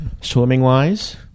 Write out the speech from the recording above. swimming-wise